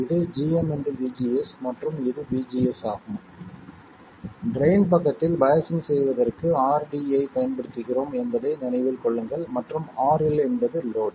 இது gm vGS மற்றும் இது vGS ஆகும் ட்ரைன் பக்கத்தில் பையாஸ்ஸிங் செய்வதற்கு RD ஐப் பயன்படுத்துகிறோம் என்பதை நினைவில் கொள்ளுங்கள் மற்றும் RL என்பது லோட்